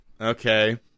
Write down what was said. Okay